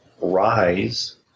rise